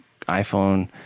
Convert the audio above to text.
iPhone